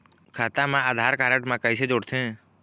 खाता मा आधार कारड मा कैसे जोड़थे?